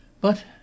But